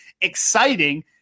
exciting